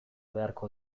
beharko